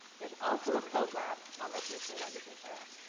there's also a code lab on location that you can try out.